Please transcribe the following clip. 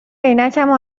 عینکمو